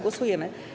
Głosujemy.